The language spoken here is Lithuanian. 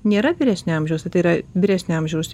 nėra vyresnio amžiaus ar tai yra vyresnio amžiaus